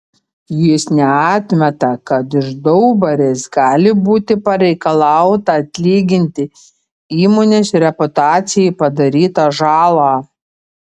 jis neatmeta kad iš daubarės gali būti pareikalauta atlyginti įmonės reputacijai padarytą žalą